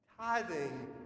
Tithing